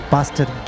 Pastor